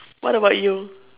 what about you